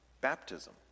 baptism